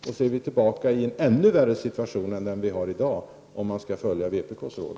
Vi är tillbaka i en ännu värre situation än den vi har i dag om vi skall följa vpk:s råd.